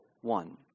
one